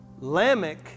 Lamech